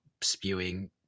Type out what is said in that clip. spewing